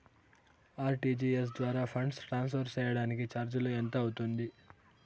RTGS ద్వారా funds transfer సేయడానికి చార్జీలు ఎంత అవుతుంది